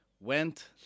went